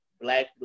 black